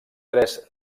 tres